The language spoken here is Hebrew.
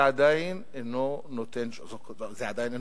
זה עדיין אינו מתקיים,